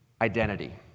identity